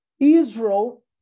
Israel